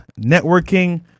networking